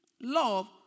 love